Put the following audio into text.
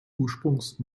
ursprungs